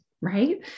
Right